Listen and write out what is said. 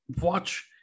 watch